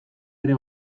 ere